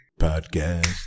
Podcast